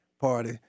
Party